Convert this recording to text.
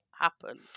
happen